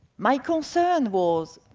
my concern was,